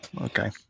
Okay